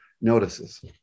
notices